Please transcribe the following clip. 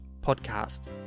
podcast